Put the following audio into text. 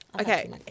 Okay